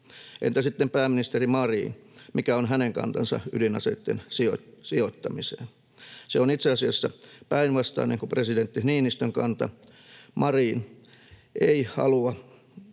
Entä sitten pääministeri Marin, mikä on hänen kantansa ydinaseitten sijoittamiseen? Se on itse asiassa päinvastainen kuin presidentti Niinistön kanta. ”Marin ei halua